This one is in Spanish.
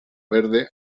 verde